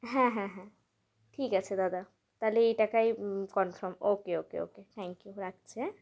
হ্যাঁ হ্যাঁ হ্যাঁ ঠিক আছে দাদা তাহলে এ টাকায় confirm okay okay okay thank you রাখছি হ্যাঁ